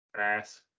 Ass